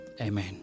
Amen